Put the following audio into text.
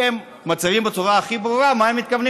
כי הם מצהירים בצורה הכי ברורה מה הם מתכוונים